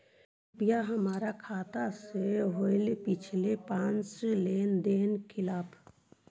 कृपा हमर खाता से होईल पिछला पाँच लेनदेन दिखाव